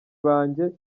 banjye